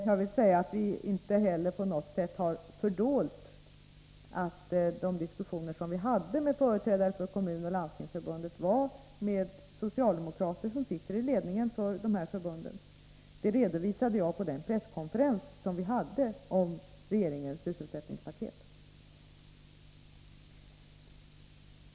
Jag vill säga att vi inte heller på något sätt har fördolt att de diskussioner vi förde med företrädare för Kommunförbundet och Landstingsförbundet togs med socialdemokrater som sitter i ledningen för dessa förbund. Det redovisade jag på den presskonferens vi höll om regeringens sysselsättningspaket.